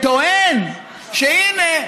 טוען שהינה,